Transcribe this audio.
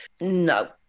No